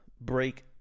break